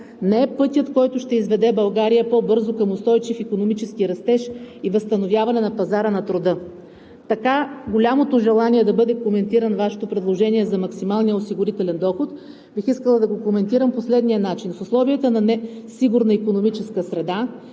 не е пътят, който ще изведе България по-бързо към устойчив икономически растеж и възстановяване на пазара на труда. Така голямото желание да бъде коментирано Вашето предложение за максималния осигурителен доход бих искала да го коментирам по следния начин: в условията на несигурна икономическа среда